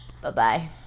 Bye-bye